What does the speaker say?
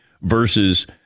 versus